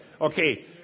Okay